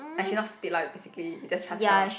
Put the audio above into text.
ah she not stupid lah basically you just trust her lah